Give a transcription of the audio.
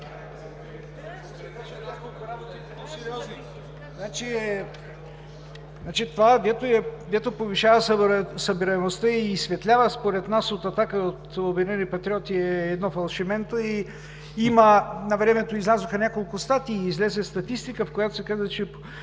(ОП): Това, дето повишава събираемостта и изсветлява, според нас, от „Атака“ и от „Обединени патриоти“, е едно фалшименто и има – навремето излязоха няколко статии и излезе статистика, в която се казва, че